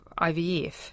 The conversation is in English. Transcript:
IVF